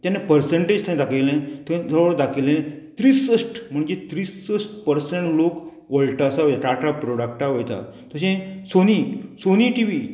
तेन्ना पर्संटेज थंय दाखयलें थंय दाखयल्लें त्रिसश्ट म्हणजे त्रिसश्ट पर्संट लोक वल्टासाक वय टाटा प्रोडक्टा वयता तशें सोनी सोनी टी वी